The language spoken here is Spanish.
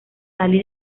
sally